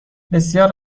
بسیار